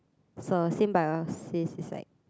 so symbiosis is like